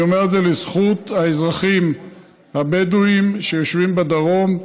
אני אומר את זה לזכות האזרחים הבדואים שיושבים בדרום.